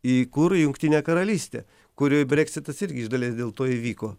į kur į jungtinę karalystę kurioj breksitas irgi iš dalies dėl to įvyko